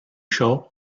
chats